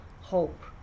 hope